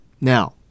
Now